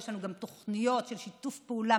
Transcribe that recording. יש לנו גם תוכניות מדהימות של שיתוף פעולה